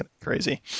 crazy